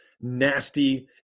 nasty